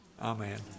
Amen